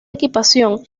equipación